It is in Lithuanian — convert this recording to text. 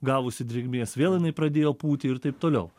gavusi drėgmės vėl jinai pradėjo pūti ir taip toliau